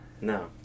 No